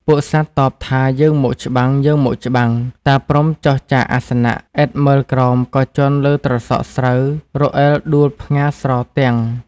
ពួកសត្វតបថាយើងមកច្បាំងៗ តាព្រហ្មចុះចាកអាសនៈ ឥតមើលក្រោមក៏ជាន់លើត្រសក់ស្រូវរអិលដួលផ្ងារស្រទាំង។